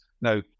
Now